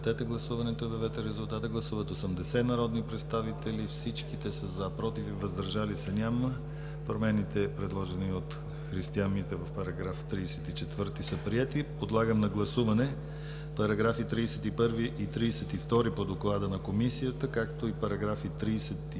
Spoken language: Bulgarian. параграфи 31 и 32 по Доклада на Комисията, както и параграфи 33